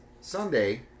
Sunday